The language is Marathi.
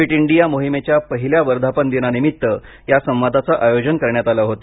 फिट इंडिया मोहिमेच्या पहिल्या वर्धापन दिनानिमित्त या संवादाचे आयोजन करण्यात आले होते